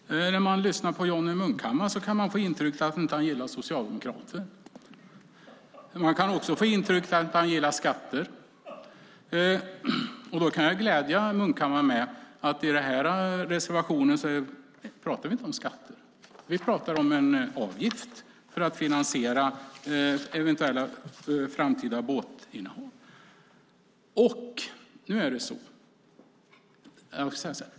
Fru talman! När man lyssnar på Johnny Munkhammar kan man få intrycket att han inte gillar socialdemokrater. Man kan också få intrycket att han inte gillar skatter. Då kan jag glädja Munkhammar med att vi i den här reservationen inte pratar om skatter. Vi pratar om en avgift för att finansiera eventuella framtida tjänster.